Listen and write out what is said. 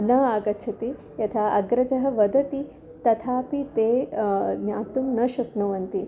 न आगच्छति यथा अग्रजः वदति तथापि ते ज्ञातुं न शक्नुवन्ति